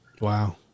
Wow